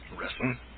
wrestling